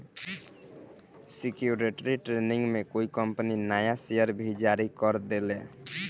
security training में कोई company नया शेयर भी जारी कर देले